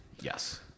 Yes